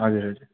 हजुर हजुर